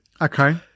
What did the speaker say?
okay